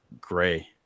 gray